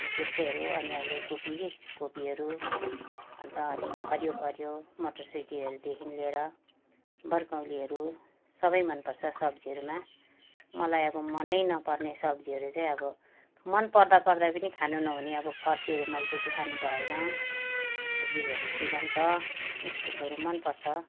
अनि त्यस्तैहरू अनि अहिले कोपी है कोपीहरू अन्त हरियोमा हरियो परियो मटर सेटीहरूदेखि लिएर ब्रकौलीहरू सबै मनपर्छ सब्जीहरूमा मलाई अब मनै नपर्ने सब्जीहरू चाहिँ अब मन पर्दापर्दै पनि खानु नहुने अब फर्सीहरू मैले त्यति खानुभएन जिउहरू चिलाउँछ इस्कुसहरू मनपर्छ